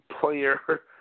player